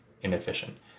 inefficient